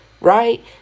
right